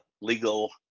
legal